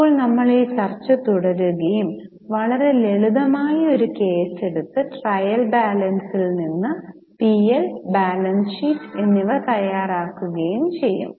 ഇപ്പോൾ നമ്മൾ ഈ ചർച്ച തുടരുകയും വളരെ ലളിതമായ ഒരു കേസ് എടുത്ത് ട്രയൽ ബാലൻസിൽ നിന്ന് പി എൽ ബാലൻസ് ഷീറ്റ് എന്നിവ തയ്യാറാക്കുകയും ചെയ്യും